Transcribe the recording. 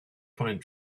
pine